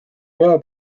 vea